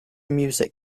music